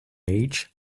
age